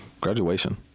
graduation